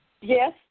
Yes